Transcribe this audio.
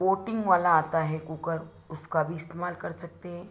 coating वाला आता है कुकर उसका भी इस्तेमाल कर सकते हैं